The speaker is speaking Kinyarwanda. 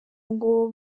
ngo